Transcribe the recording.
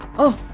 oh.